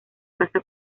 casa